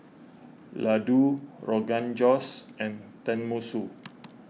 Ladoo Rogan Josh and Tenmusu